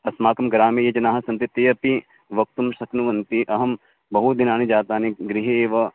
अस्माकं ग्रामीयजनाः सन्ति ते अपि वक्तुं शक्नुवन्ति अहं बहु दिनानि जातानि गृहे एव